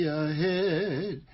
ahead